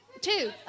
Two